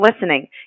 listening